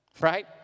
Right